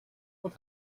what